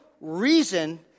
reason